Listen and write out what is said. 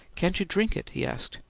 can't you drink it? he asked.